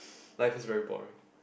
life is very boring